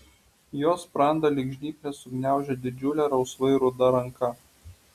jo sprandą lyg žnyplės sugniaužė didžiulė rausvai ruda ranka